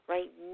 Right